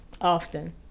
Often